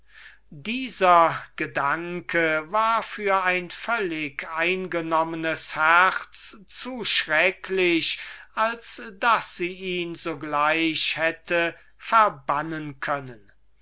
dieser gedanke war zu entsetzlich für ein so völlig eingenommenes herz als daß sie ihn sogleich hätte verbannen können wie